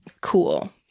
cool